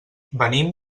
venim